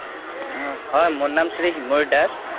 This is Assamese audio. হয় মোৰ নাম শ্ৰী হিমুৰ দাস